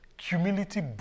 Humility